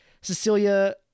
Cecilia